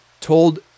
told